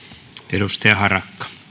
arvoisa